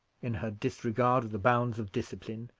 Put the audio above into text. in her disregard of the bounds of discipline,